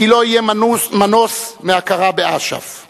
כי "לא יהיה מנוס מהכרה באש"ף";